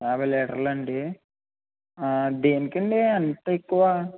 యాభై లీటర్లా అండి దేనికి అండి అంత ఎక్కువ